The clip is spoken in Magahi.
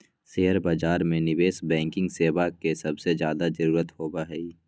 शेयर बाजार में निवेश बैंकिंग सेवा के सबसे ज्यादा जरूरत होबा हई